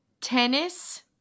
tennis –